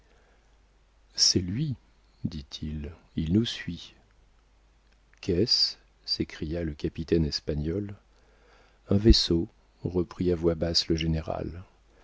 c'est lui dit-il il nous suit qu'est-ce s'écria le capitaine espagnol un vaisseau reprit à voix basse le général